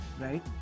right